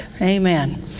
amen